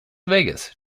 vegas